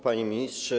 Panie Ministrze!